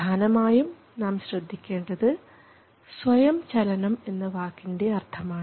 പ്രധാനമായും നാം ശ്രദ്ധിക്കേണ്ടത് സ്വയം ചലനം എന്ന വാക്കിൻറെ അർത്ഥമാണ്